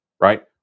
right